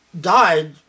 died